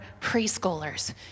preschoolers